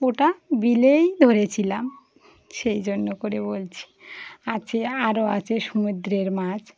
ওটা বিলেই ধরেছিলাম সেই জন্য করে বলছি আচে আরও আছে সমুদ্রের মাছ